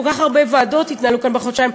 כל כך הרבה ועדות התנהלו כאן בחודשיים,